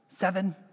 Seven